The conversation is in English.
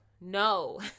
no